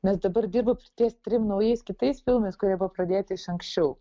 nes dabar dirbu ties trim naujais kitais filmais kurie buvo pradėti iš anksčiau